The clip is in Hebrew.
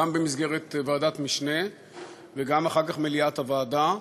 גם במסגרת ועדת משנה וגם אחר כך מליאת הוועדה,